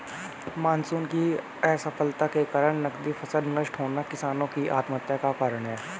monsoon की असफलता के कारण नकदी फसल नष्ट होना किसानो की आत्महत्या का कारण है